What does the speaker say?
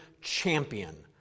champion